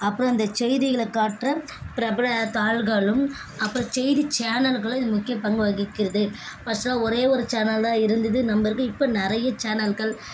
அப்புறம் இந்த செய்திகளை காட்டுற பிரபல தாள்களும் அப்புறம் செய்தி சேனல்களும் இது முக்கிய பங்கு வகிக்கிறது ஃபஸ்ட்டாலாம் ஒரே ஒரு சேனல்தான் இருந்தது நம்ம இருக்க இப்போ நிறைய சேனல்கள்